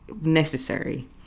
necessary